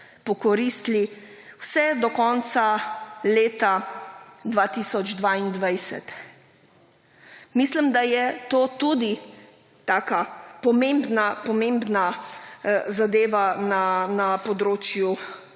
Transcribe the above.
pokoristili vse do konca leta 2022. Mislim, da je to tudi taka pomembna zadeva na področju